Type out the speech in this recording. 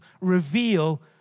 reveal